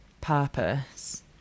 purpose